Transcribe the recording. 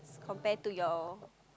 compare to your